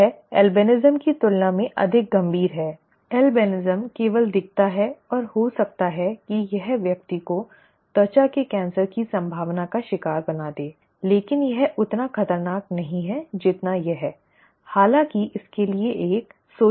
यह ऐल्बिनिज़म की तुलना में अधिक गंभीर है ऐल्बिनिज़म केवल दिखता है और हो सकता है कि यह व्यक्ति को त्वचा के कैंसर की संभावना का शिकार बना दे लेकिन यह उतना खतरनाक नहीं है जितना यह ठीक है हालाँकि इसके लिए एक सामाजिक कोण है